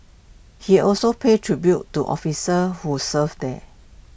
he also paid tribute to officers who served there